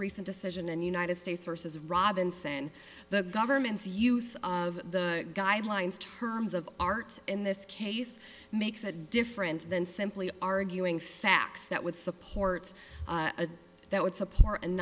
recent decision and united states versus robinson the government's use of the guidelines terms of art in this case makes a difference than simply arguing facts that would support that would support and